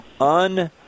un